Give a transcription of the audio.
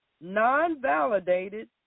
non-validated